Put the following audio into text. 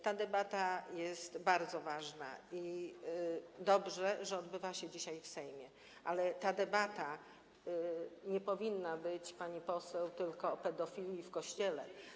Ta debata jest bardzo ważna i dobrze, że odbywa się dzisiaj w Sejmie, ale ta debata nie powinna być, pani poseł, tylko o pedofilii w Kościele.